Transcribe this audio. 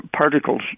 particles